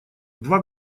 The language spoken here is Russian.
два